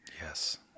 Yes